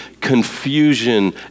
confusion